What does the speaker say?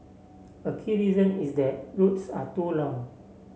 a key reason is that routes are too long